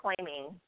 claiming